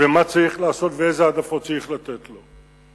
ומה צריך לעשות ואיזה העדפות צריך לתת לו.